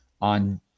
on